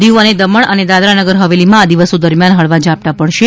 દીવ અને દમણ અને દાદરાનગર હવેલીમાં આ દિવસો દરમિયાન હળવા ઝાંપટા પડશે